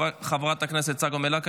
חברת הכנסת צגה מלקו,